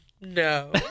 No